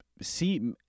see